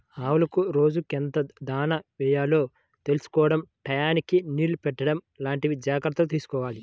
ఆవులకు రోజుకెంత దాణా యెయ్యాలో తెలుసుకోడం టైయ్యానికి నీళ్ళు పెట్టడం లాంటివి జాగర్తగా చూసుకోవాలి